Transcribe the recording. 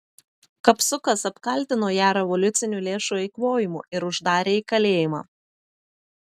kapsukas apkaltino ją revoliucinių lėšų eikvojimu ir uždarė į kalėjimą